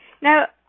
Now